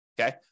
Okay